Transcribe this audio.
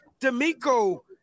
D'Amico